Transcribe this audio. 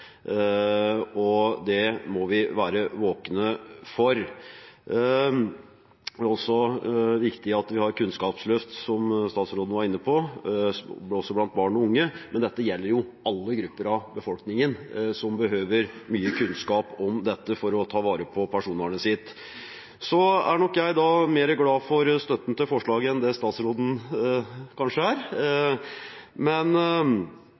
og det må vi være våkne for. Det er også viktig at vi har et kunnskapsløft, som statsråden var inne på, også blant barn og unge, men dette gjelder jo alle grupper av befolkningen, som behøver mye kunnskap om dette for å ta vare på personvernet sitt. Så er nok jeg mer glad for støtten til forslaget enn det statsråden kanskje er. Men